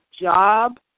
job